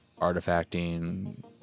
artifacting